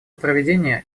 проведение